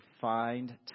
find